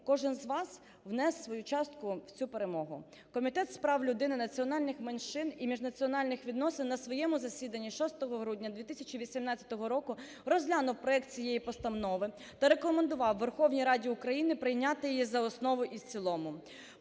кожен з вас вніс свою частку в цю перемогу. Комітет з прав людини національних меншин і міжнаціональних відносин на своєму засіданні 6 грудня 2018 року розглянув проект цієї постанови та рекомендував Верховній Раді України прийняти її за основу і в цілому.